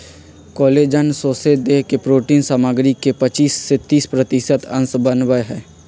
collagen सौसे देह के प्रोटिन सामग्री के पचिस से तीस प्रतिशत अंश बनबइ छइ